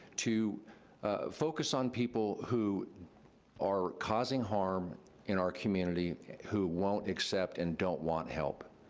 to focus on people who are causing harm in our community who won't accept and don't want help.